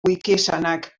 wikiesanak